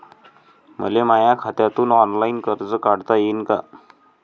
मले माया खात्यातून ऑनलाईन कर्ज काढता येईन का?